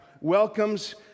welcomes